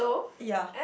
ya